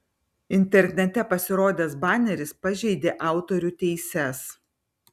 internete pasirodęs baneris pažeidė autorių teises